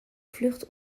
vlucht